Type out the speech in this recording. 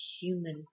human